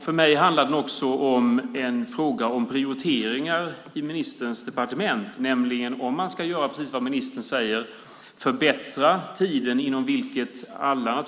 För mig är det också en fråga om prioriteringar i ministerns departement, nämligen om man ska göra precis vad ministern säger, förbättra tiden inom vilken alla